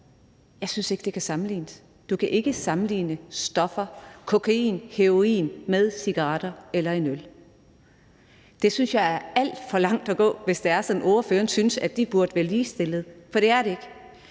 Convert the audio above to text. Jeg synes ikke, det kan sammenlignes. Du kan ikke sammenligne stoffer – kokain, heroin – med cigaretter eller en øl. Det synes jeg er alt for langt at gå, hvis det er sådan, at ordføreren synes, at de burde være ligestillede, for det er de ikke.